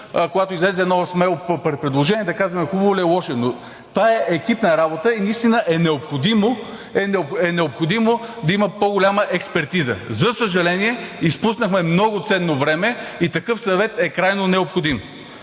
когато излезе едно смело предложение, да казваме хубаво ли е или е лошо. Това е екипна работа и наистина е необходимо да има по-голяма експертиза. За съжаление, изпуснахме много ценно време и такъв съвет е крайно необходим.